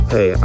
Hey